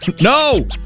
No